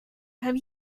have